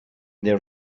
there